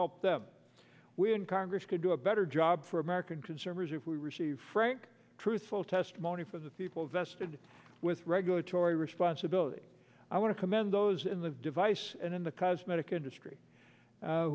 help them when congress could do a better job for american consumers if we receive frank truthful testimony for the people vested with regulatory responsibility i want to commend those in the device and in the cosmetic industry